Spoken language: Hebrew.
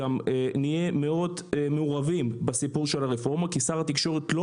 אלא גם נהיה מאוד מעורבים בסיפור של הרפורמה כי שר התקשורת לא